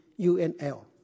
UNL